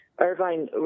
Irvine